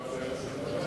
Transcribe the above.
אני מפריע?